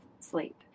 sleep